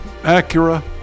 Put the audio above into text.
Acura